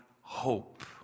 hope